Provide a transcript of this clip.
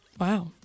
Wow